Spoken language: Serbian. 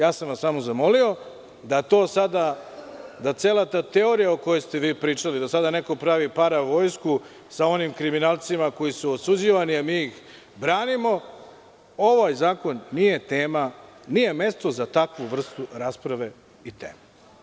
Samo sam vas zamolio da to sada, da cela ta teorija o kojoj ste vi pričali, da sada neko pravi paravojsku sa onim kriminalcima koji su osuđivani, a mi ih branimo, ovaj zakon nije tema i mesto za takvu vrstu rasprave i tema.